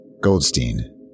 Goldstein